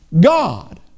God